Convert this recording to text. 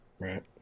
Right